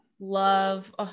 Love